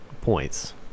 points